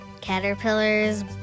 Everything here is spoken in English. caterpillars